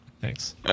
Thanks